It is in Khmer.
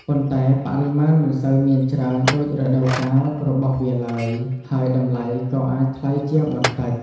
ប៉ុន្តែបរិមាណមិនសូវមានច្រើនដូចរដូវកាលរបស់វាឡើយ ហើយតម្លៃក៏អាចថ្លៃជាងបន្តិច។